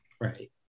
right